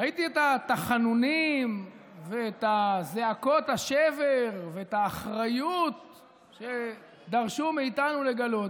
ראיתי את התחנונים ואת זעקות השבר ואת האחריות שדרשו מאיתנו לגלות,